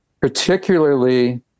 particularly